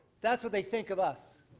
that's what they think of us.